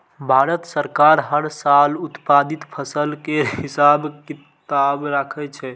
भारत सरकार हर साल उत्पादित फसल केर हिसाब किताब राखै छै